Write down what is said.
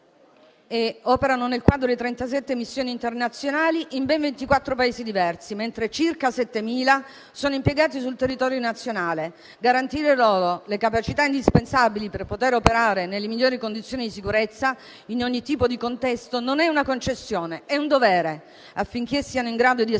operano nel quadro delle 37 missioni internazionali in ben 24 Paesi diversi, mentre circa 7.000 sono impiegati sul territorio nazionale. Garantire loro le capacità indispensabili per operare nelle migliori condizioni di sicurezza in ogni tipo di contesto non è una concessione, ma un dovere, affinché siano in grado di assolvere